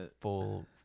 Full